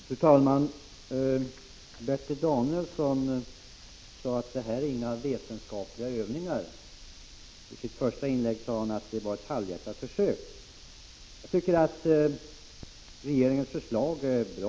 Fru talman! Bertil Danielsson sade att detta inte är några vetenskapliga övningar, och i sitt första inlägg sade han att det var ett halvhjärtat försök. Jag tycker att regeringens förslag är bra.